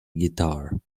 guitar